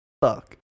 fuck